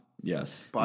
Yes